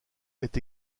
est